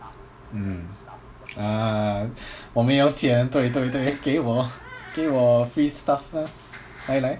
mm ah 我没有钱对对对给我给我 free stuff ah 来来